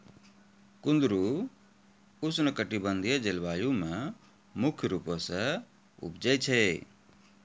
कुंदरु उष्णकटिबंधिय जलवायु मे मुख्य रूपो से उपजै छै